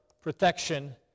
protection